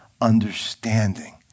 understanding